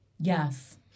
Yes